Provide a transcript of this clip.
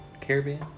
Caribbean